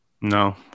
No